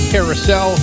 Carousel